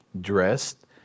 dressed